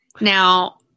Now